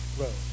road